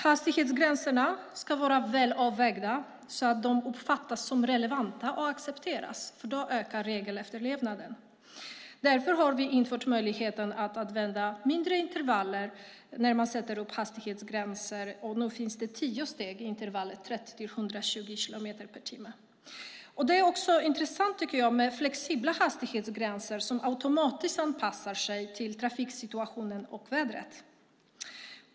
Hastighetsgränserna ska vara väl avvägda så att de uppfattas som relevanta och accepteras, för då ökar regelefterlevnaden. Därför har vi infört möjligheten att använda mindre intervaller för hastighetsgränser, och nu finns det tio steg i intervallet 30 till 120 kilometer per timme. Det är också intressant med flexibla hastighetsgränser som automatiskt anpassar sig till trafiksituationen och vädret.